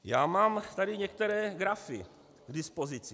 Já mám tady některé grafy k dispozici.